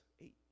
eight